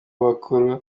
abakuru